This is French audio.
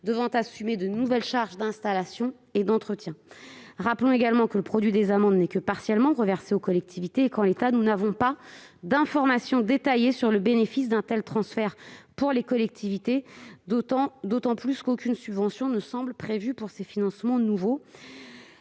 devant assumer de nouvelles charges d'installation et d'entretien. Rappelons également que le produit des amendes n'est que partiellement reversé aux collectivités et que, en l'état, nous ne disposons pas d'informations détaillées sur le bénéfice d'un tel transfert pour les collectivités, d'autant plus qu'aucune subvention ne semble prévue pour ces financements nouveaux.